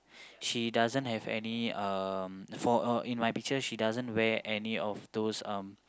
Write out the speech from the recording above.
she doesn't have any um for uh in my picture she doesn't wear any of those um